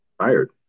tired